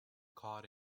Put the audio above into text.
caught